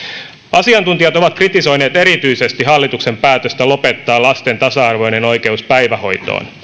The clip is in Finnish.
asiantuntijat ovat kritisoineet erityisesti hallituksen päätöstä lopettaa lasten tasa arvoinen oikeus päivähoitoon